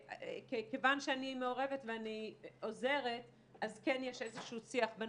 וכיוון שאני מעורבת ואני עוזרת אז כן יש איזשהו שיח בין